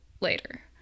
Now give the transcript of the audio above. later